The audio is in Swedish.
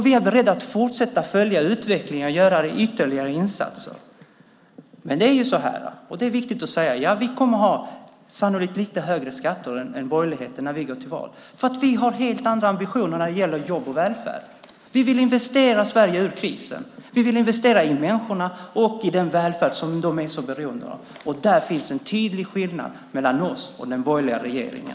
Vi är beredda att fortsätta att följa utvecklingen och göra ytterligare insatser. Men det är så, vilket är viktigt att säga, att vi sannolikt kommer att ha lite högre skatter än borgerligheten när vi går till val, för vi har helt andra ambitioner när det gäller jobb och välfärd. Vi vill investera Sverige ur krisen. Vi vill investera i människorna och i den välfärd som de är så beroende av. Där finns en tydlig skillnad mellan oss och den borgerliga regeringen.